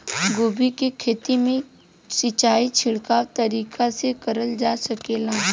गोभी के खेती में सिचाई छिड़काव तरीका से क़रल जा सकेला?